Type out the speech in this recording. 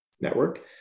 Network